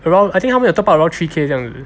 around I think 他们有 top up around three K 这样子